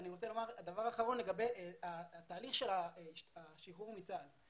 אני רוצה לומר כדבר אחרון לגבי התהליך של השחרור מצה"ל.